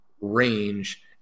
range